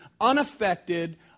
unaffected